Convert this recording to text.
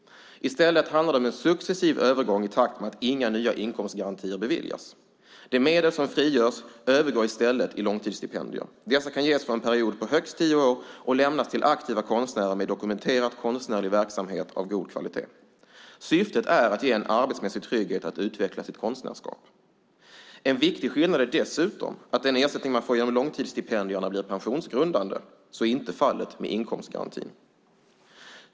I stället handlar det om en successiv övergång i takt med att inga nya inkomstgarantier beviljas. De medel som frigörs övergår i stället i långtidsstipendier. Dessa kan ges för en period på högst tio år och lämnas till aktiva konstnärer med dokumenterat konstnärlig verksamhet av god kvalitet. Syftet är att ge dem en arbetsmässig trygghet att utveckla sitt konstnärskap. En viktig skillnad är dessutom att den ersättning man får genom långtidsstipendierna blir pensionsgrundande. Så är inte fallet med inkomstgarantin.